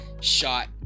shot